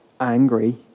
angry